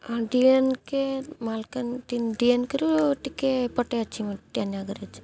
ହଁ D N କେ ଡିଏନ୍କେରୁ ମୁଁ ଟିକେ ଏପଟେ ଅଛି ମୁଁ